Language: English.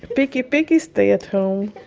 picky picky stay at home.